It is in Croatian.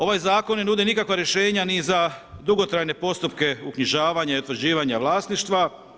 Ovaj zakon ne nudi nikakva rješenja ni za dugotrajne postupe uknjižavanja i utvrđivanja vlasništva.